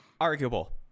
arguable